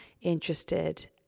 interested